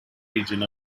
region